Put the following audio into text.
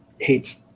hates